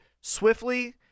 swiftly